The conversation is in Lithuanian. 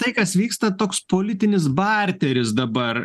tai kas vyksta toks politinis barteris dabar